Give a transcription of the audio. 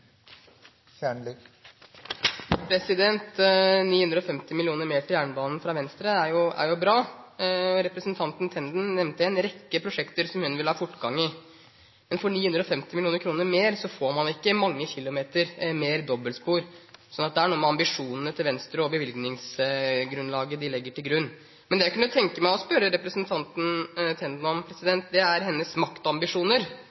jo bra. Representanten Tenden nevnte en rekke prosjekter som hun vil ha fortgang i. Men for 950 mill. kr mer får man ikke mange kilometer mer dobbeltspor, så det er noe med ambisjonene til Venstre og det bevilgningsgrunnlaget de legger opp til. Det jeg kunne tenke meg å spørre representanten Tenden om,